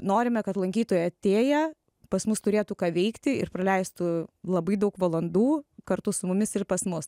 norime kad lankytojai atėję pas mus turėtų ką veikti ir praleistų labai daug valandų kartu su mumis ir pas mus